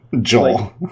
Joel